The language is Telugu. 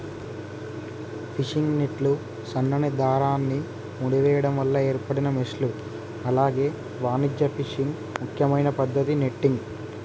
ఫిషింగ్ నెట్లు సన్నని దారాన్ని ముడేయడం వల్ల ఏర్పడిన మెష్లు అలాగే వాణిజ్య ఫిషింగ్ ముఖ్యమైన పద్దతి నెట్టింగ్